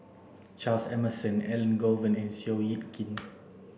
Charles Emmerson Elangovan and Seow Yit Kin